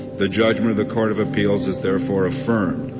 the judgment of the court of appeals is therefore affirmed.